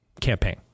campaign